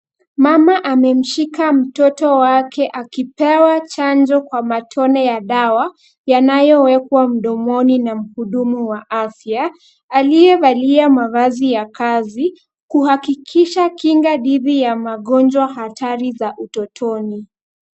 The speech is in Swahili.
Mama amemshika mtoto wake akipewa chanjo kwa matone ya dawa, yanayowekwa mdomoni na mhudumu wa afya, aliyevalia mavazi ya kazi kuhakikisha kinga dhidi ya magonjwa hatari za utotoni.